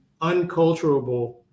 unculturable